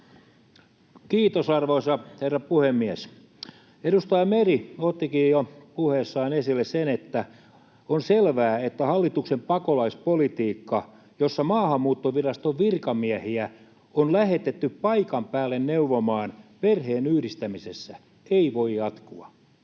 Kiitos, arvoisa herra puhemies! Edustaja Meri ottikin jo puheessaan esille sen, että on selvää, että hallituksen pakolaispolitiikka, jossa Maahanmuuttoviraston virkamiehiä on lähetetty paikan päälle neuvomaan perheenyhdistämisessä, ei voi jatkua.